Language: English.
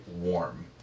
warm